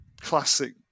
classic